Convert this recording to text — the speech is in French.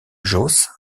josse